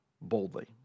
boldly